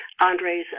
Andre's